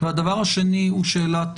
השני, שאלת